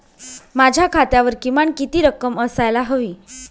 माझ्या खात्यावर किमान किती रक्कम असायला हवी?